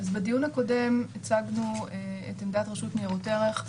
בדיון הקודם הצגנו את עמדת רשות ניירות ערך.